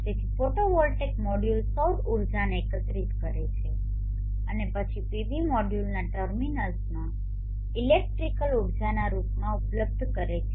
તેથી photovoltaic module સૌર ઉર્જાને એકત્રિત કરે છે અને પછી પીવી મોડ્યુલના ટર્મિનલ્સમાં ઇલેક્ટ્રિકલ ઉર્જાના રૂપમાં ઉપલબ્ધ કરે છે